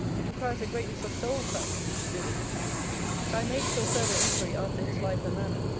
it requires a greatness of soul frankly to do it. so i made still further inquiry after his life and manner,